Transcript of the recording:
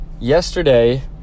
yesterday